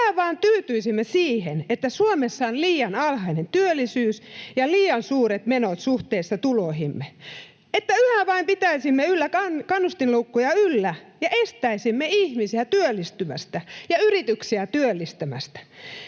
yhä vain tyytyisimme siihen, että Suomessa on liian alhainen työllisyys ja liian suuret menot suhteessa tuloihimme; että yhä vain pitäisimme yllä kannustinloukkuja ja estäisimme ihmisiä työllistymästä ja yrityksiä työllistämästä;